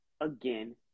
again